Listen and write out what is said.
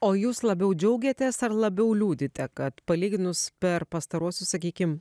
o jūs labiau džiaugiatės ar labiau liūdite kad palyginus per pastaruosius sakykim